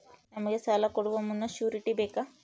ನಮಗೆ ಸಾಲ ಕೊಡುವ ಮುನ್ನ ಶ್ಯೂರುಟಿ ಬೇಕಾ?